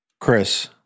Chris